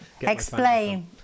explain